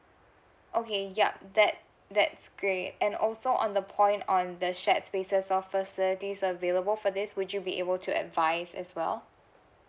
okay yup that that's great and also on the point on the shared spaces or facilities available for this would you be able to advise as well